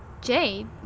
Jade